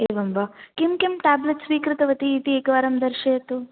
एवं वा किं किं टेब्लेट् स्वीकृतवती इति एकवारं दर्शयतु